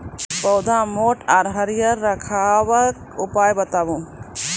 पौधा मोट आर हरियर रखबाक उपाय बताऊ?